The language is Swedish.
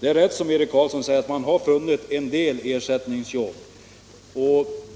Det är rätt, som Eric Carlsson säger, att man har funnit en del ersättningsjobb.